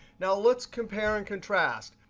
now, let's compare and contrast.